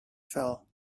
fell